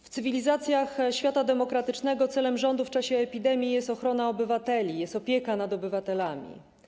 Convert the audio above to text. W cywilizacjach świata demokratycznego celem rządu w czasie epidemii jest ochrona obywateli, jest opieka nad obywatelami.